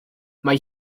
mae